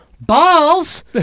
Balls